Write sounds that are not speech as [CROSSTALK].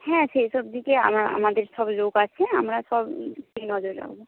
হ্যাঁ সেইসব দিকে আমাদের সব লোক আছে আমরা সব [UNINTELLIGIBLE] নজর রাখব